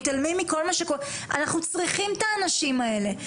אנחנו צריכים את האנשים האלה.